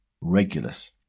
Regulus